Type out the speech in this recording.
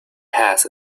has